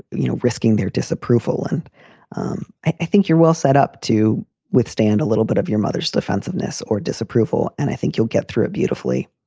you know, risking their disapproval? and um i think you're well set up to withstand a little bit of your mother's defensiveness or disapproval. and i think you'll get through it beautifully.